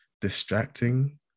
distracting